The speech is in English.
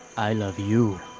i love you,